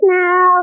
now